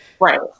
Right